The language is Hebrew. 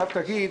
אם תגיד